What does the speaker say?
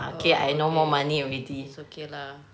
oh okay it's okay lah